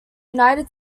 united